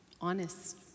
honest